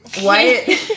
white